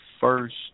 first